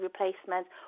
replacements